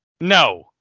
No